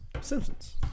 Simpsons